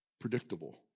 predictable